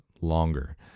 longer